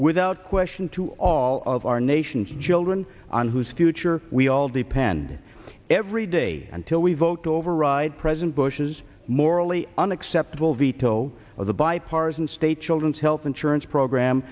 without question to all of our nation's children on whose future we all depend every day until we vote to override president bush's morally unacceptable veto of the bipartisan state children's health insurance program